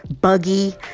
buggy